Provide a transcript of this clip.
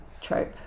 trope